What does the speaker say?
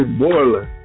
boiling